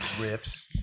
Rips